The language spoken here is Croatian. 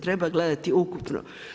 Treba gledati ukupno.